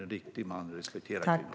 En riktig man respekterar kvinnor.